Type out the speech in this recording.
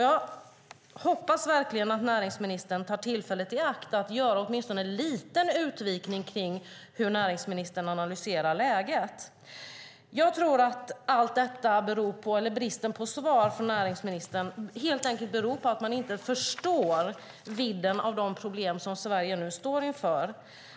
Jag hoppas att näringsministern tar tillfället i akt och gör åtminstone en liten utläggning av hur hon analyserar läget. Jag tror att bristen på svar från näringsministern helt enkelt beror på att man inte förstår vidden av de problem som Sverige står inför.